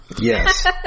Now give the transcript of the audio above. Yes